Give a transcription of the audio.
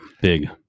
big